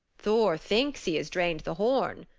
thor thinks he has drained the horn,